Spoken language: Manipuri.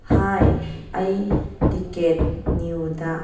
ꯍꯥꯏ ꯑꯩ ꯇꯤꯀꯦꯠ ꯅ꯭ꯌꯨꯗ